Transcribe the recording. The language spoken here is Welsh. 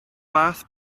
fath